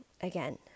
again